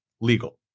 legal